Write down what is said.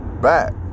back